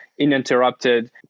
uninterrupted